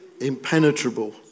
impenetrable